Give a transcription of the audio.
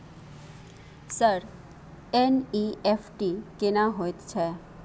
Sir NEFT केना होयत छै?